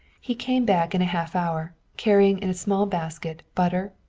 he came back in a half hour, carrying in a small basket butter,